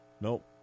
Nope